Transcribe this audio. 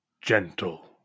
gentle